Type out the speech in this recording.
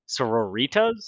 sororitas